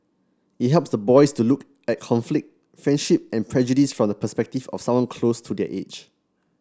it helps the boys to look at conflict friendship and prejudice from the perspective of someone close to their age